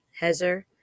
Hezer